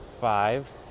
five